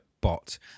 bot